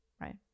right